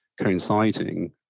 coinciding